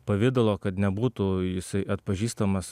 pavidalo kad nebūtų jisai atpažįstamas